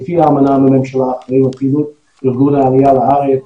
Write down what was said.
לפי האמנה עם הממשלה אנחנו אחראים על ארגון העלייה לארץ,